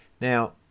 Now